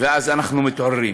ואז אנחנו מתעוררים.